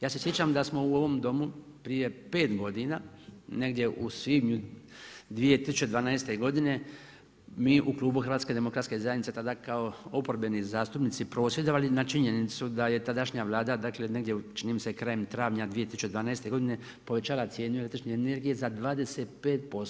Ja se sjećam da smo u ovom Domu prije pet godina, negdje u svibnju 2012. godine mi u klubu Hrvatske demokratske zajednice tada kao oporbeni zastupnici prosvjedovali na činjenicu da je tadašnja Vlada, dakle negdje čini mi se krajem travnja 2012. godine povećala cijenu električne energije za 25%